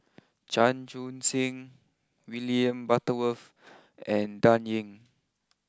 Chan Chun sing William Butterworth and Dan Ying